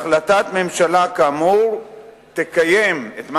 החלטת ממשלה כאמור תקיים את,